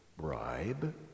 bribe